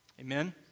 Amen